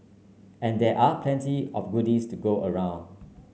and there are plenty of goodies to go around